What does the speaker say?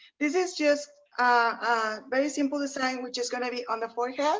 this is just a very simple design which is gonna be on the forehead